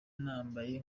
nambaye